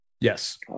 Yes